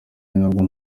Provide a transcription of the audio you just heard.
ninabwo